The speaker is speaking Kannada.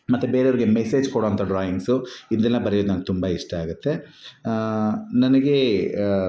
ಮತ್ತು ಬೇರೆಯವರಿಗೆ ಮೆಸೇಜ್ ಕೊಡುವಂತಹ ಡ್ರಾಯಿಂಗ್ಸು ಇದನ್ನೆಲ್ಲ ಬರಿಯೋದು ನಂಗೆ ತುಂಬ ಇಷ್ಟ ಆಗುತ್ತೆ ನನಗೆ